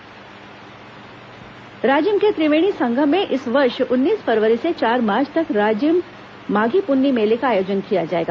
राजिम माघी पुन्नी मेला राजिम के त्रिवेणी संगम में इस वर्ष उन्नीस फरवरी से चार मार्च तक राजिम माधी पुन्नी मेले का आयोजन किया जाएगा